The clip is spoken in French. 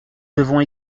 devons